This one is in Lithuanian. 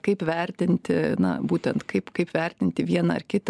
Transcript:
kaip vertinti na būtent kaip kaip vertinti vieną ar kitą